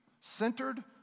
centered